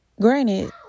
Granted